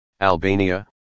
Albania